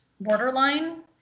Borderline